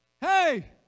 Hey